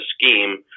scheme